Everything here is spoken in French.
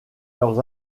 leurs